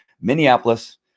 Minneapolis